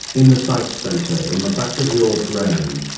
in the sight center in the back of your brain.